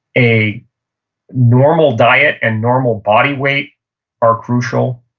a normal diet and normal body weight are crucial,